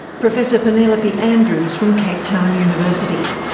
professor penelope andrews from cape town university.